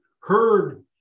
heard